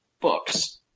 books